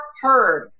heard